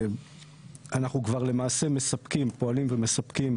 אנחנו כברל מעשה פועלים ומספקים